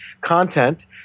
content